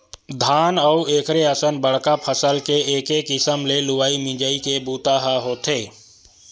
धान अउ एखरे असन बड़का फसल के एके किसम ले लुवई मिजई के बूता ह होथे